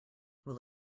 will